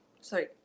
Sorry